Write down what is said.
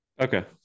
Okay